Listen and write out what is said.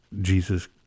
Jesus